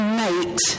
mate